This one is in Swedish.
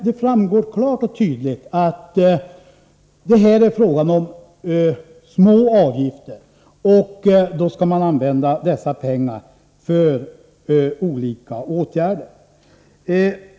Det framgår klart och tydligt att det här är fråga om små avgifter. De pengar som tas in skall användas för olika åtgärder.